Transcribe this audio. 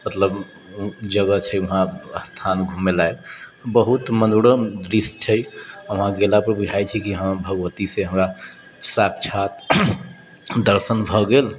मतलब जगह छै वहाँ स्थान घुमै लायक बहुत मनोरम दृश्य छै वहाँ गेला पर बुझाय छैकि हँ भगवतीसँ हमरा साक्षात दर्शन भऽ गेल